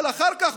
אבל אחר כך,